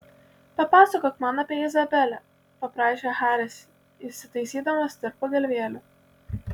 papasakok man apie izabelę paprašė haris įsitaisydamas tarp pagalvėlių